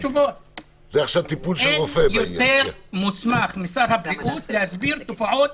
--- אין יותר מוסמך משר הבריאות להסביר תופעות